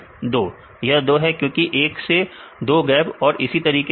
विद्यार्थी 2 यह 2 है क्योंकि 1 से 2 गैप और इसी तरीके से